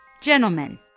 Gentlemen